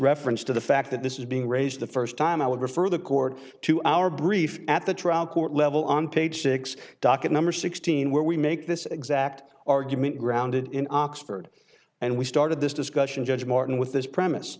reference to the fact that this is being raised the first time i would refer the court to our brief at the trial court level on page six docket number sixteen where we make this exact argument grounded in oxford and we started this discussion judge martin with this premise